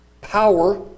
power